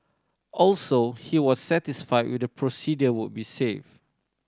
also he was satisfy with the procedure would be safe